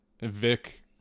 Vic